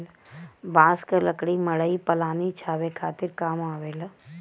बांस क लकड़ी मड़ई पलानी छावे खातिर काम आवेला